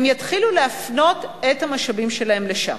הם יתחילו להפנות את המשאבים שלהם לשם.